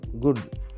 good